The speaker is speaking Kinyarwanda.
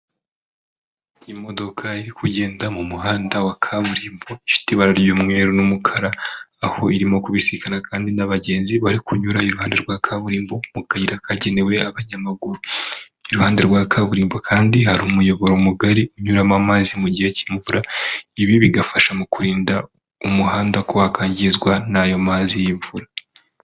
Imodokadoka iri kugenda mu muhanda wa kaburimbo, ifite ibara ry'umweru n'umukara aho irimo kubisikana kandi n'abagenzi bari kunyura iruhande rwa kaburimbo, mu kayira kagenewe abanyamaguru, iruhande rwa kaburimbo kandi hari umuyoboro mugari unyuramo amazi mu gihe cy'imvura, ibi bigafasha mu kurinda umuhanda ko wakangizwa n'ayo mazi y'imvura.